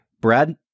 Brad